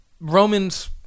Romans